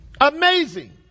Amazing